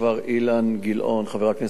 חבר הכנסת אילן גילאון,